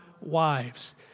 wives